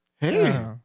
Hey